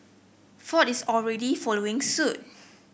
ford is already following suit